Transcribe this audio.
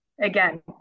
Again